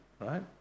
right